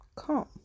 calm